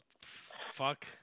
fuck